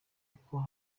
uko